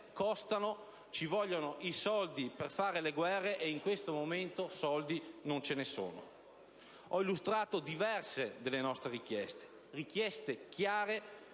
costano. Ci vogliono i soldi per fare le guerre e, in questo momento, soldi non ce ne sono. Ho illustrato diverse delle nostre richieste; sono richieste chiare.